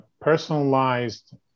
personalized